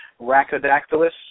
Rachodactylus